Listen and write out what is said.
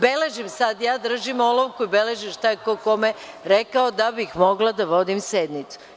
Beležim sada, ja držim olovku i beležim šta je ko, kome rekao da bih mogla da vodim sednicu.